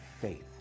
faith